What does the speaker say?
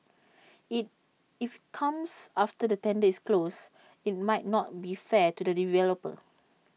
IT if comes after the tender is closed IT might not be fair to the developer